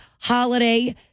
holiday